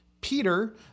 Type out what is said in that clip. Peter